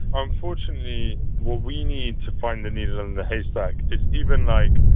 unfortunately, what we need to find the needle in the haystack is even, like,